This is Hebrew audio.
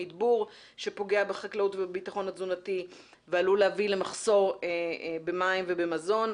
מדבור שפוגע בחקלאות ובביטחון התזונתי ועלול להביא למחסור במים ובמזון.